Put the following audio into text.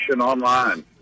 online